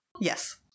Yes